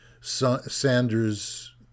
Sanders